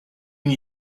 une